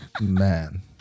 Man